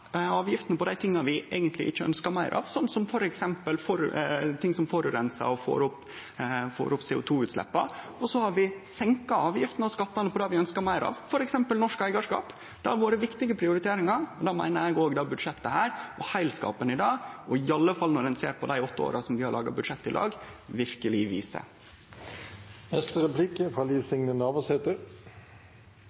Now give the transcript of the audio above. avgiftene på det vi eigentleg ikkje ønskjer meir av, som f.eks. ting som forureinar og får opp CO 2 -utsleppa. Vi har sett ned avgiftene og skattane på det vi ønskjer meir av, f.eks. norsk eigarskap. Det har vore viktige prioriteringar, og det meiner eg òg at heilskapen i dette budsjettet – i alle fall når ein ser på dei åtte åra vi har laga budsjett i lag – verkeleg viser. Representanten Storehaug og eg kjem frå